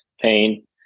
pain